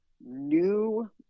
new